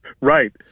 Right